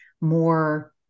more